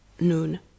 noon